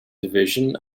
division